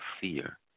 fear